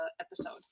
episode